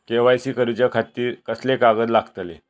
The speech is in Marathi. के.वाय.सी करूच्या खातिर कसले कागद लागतले?